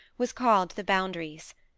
was called the boundaries.